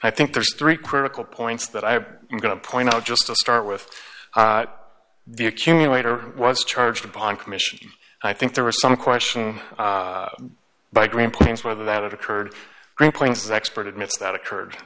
i think there's three critical points that i am going to point out just to start with the accumulator was charged upon commission i think there was some question by graham plans whether that occurred great plains expert admits that occurred